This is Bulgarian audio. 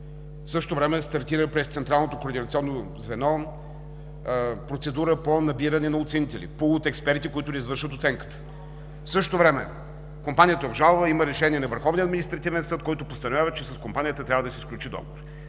звено стартира процедура по набиране на оценители, пул от експерти, които да извършват оценката. В същото време компанията обжалва, има решение на Върховния административен съд, който постановява, че с компанията трябва да се сключи договор.